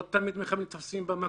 לא תמיד מחבלים נתפסים במקום,